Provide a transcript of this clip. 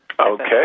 Okay